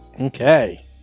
Okay